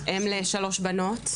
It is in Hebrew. אם לשלוש בנות,